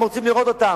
הם רוצים לראות אותם.